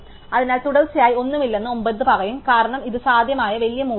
അതിനാൽ തുടർച്ചയായി ഒന്നുമില്ലെന്ന് 9 പറയും കാരണം ഇത് സാധ്യമായ വലിയ മൂല്യമാണ്